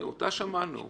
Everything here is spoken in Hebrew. אותה שמענו.